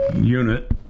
unit